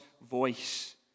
voice